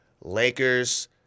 Lakers